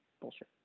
bullshit